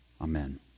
amen